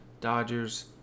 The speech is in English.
Dodgers